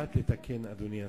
קצת לתקן, אדוני השר,